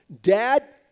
Dad